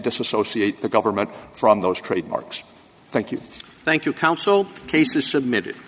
disassociate the government from those trademarks thank you thank you counsel cases submitted